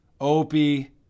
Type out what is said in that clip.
Opie